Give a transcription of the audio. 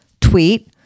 tweet